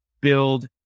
build